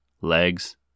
legs